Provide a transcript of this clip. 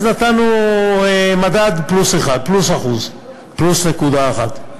אז נתנו מדד פלוס נקודה אחת.